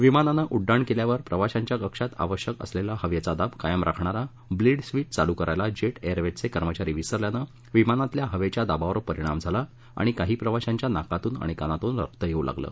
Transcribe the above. विमानानं उड्डाण केल्यावर प्रवाशांच्या कक्षात आवश्यक असलेला हवेचा दाब कायम राखणारा ब्लीड स्विच चालू करायला जेट एयरवेजचे कर्मचारी विसरल्यानं विमानातल्या हवेच्या दाबावर परिणाम झाला आणि काही प्रवाशांच्या नाकातून आणि कानातून रक्त येऊ लागलं